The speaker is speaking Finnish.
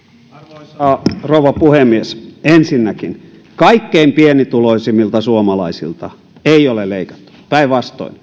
arvoisa rouva puhemies ensinnäkin kaikkein pienituloisimmilta suomalaisilta ei ole leikattu päinvastoin